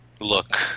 look